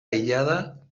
aïllada